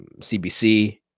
CBC